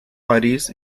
paris